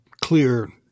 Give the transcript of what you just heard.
clear